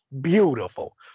beautiful